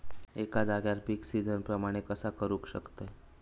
एका जाग्यार पीक सिजना प्रमाणे कसा करुक शकतय?